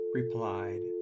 replied